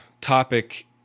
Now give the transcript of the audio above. topic